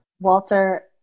Walter